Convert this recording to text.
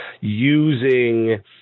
using